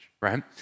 right